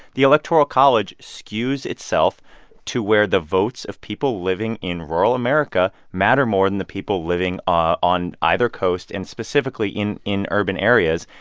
the electoral college skews itself to where the votes of people living in rural america matter more than the people living ah on either coast and specifically in in urban areas.